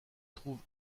trouve